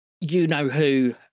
You-know-who